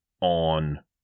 on